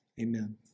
Amen